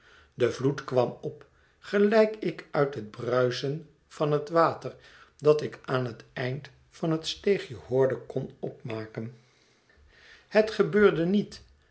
de vloed kwam op gelijk ik uit het bruisen van het water dat ik aan het eind van het steegje hoorde kon opmaken het gebeurde niet